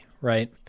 right